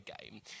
game